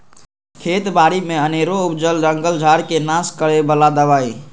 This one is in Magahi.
खेत बारि में अनेरो उपजल जंगल झार् के नाश करए बला दबाइ